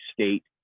state